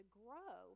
grow